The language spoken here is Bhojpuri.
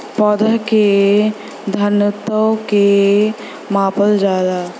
पौधा के घनत्व के मापल जाला